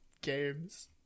games